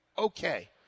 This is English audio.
Okay